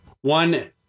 One